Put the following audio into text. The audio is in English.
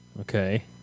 Okay